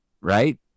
right